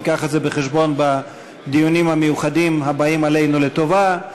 נביא את זה בחשבון בדיונים המיוחדים הבאים עלינו לטובה.